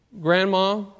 grandma